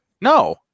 No